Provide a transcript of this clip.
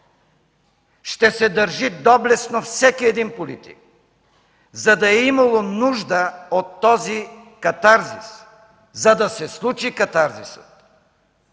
Ще се държи доблестно всеки един политик, за да е имало нужда от този катарзис, за да се случи катарзисът.